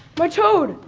my toad,